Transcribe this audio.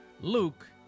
Luke